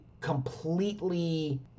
completely